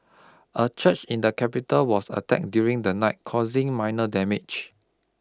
a church in the capital was attacked during the night causing minor damage